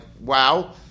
wow